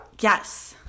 Yes